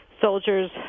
soldiers